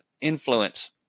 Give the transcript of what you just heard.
influence